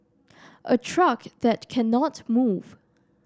a truck that cannot move